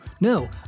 no